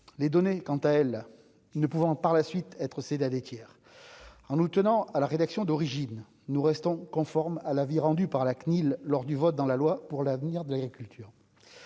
les données quant à elle, ne pouvant par la suite être cédées à des tiers en nous tenant à la rédaction d'origine nous restons conforme à l'avis rendu par la CNIL, lors du vote dans la loi pour l'avenir de l'agriculture,